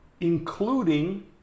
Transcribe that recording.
including